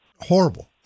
horrible